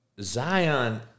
Zion